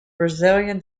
brazilian